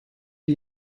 die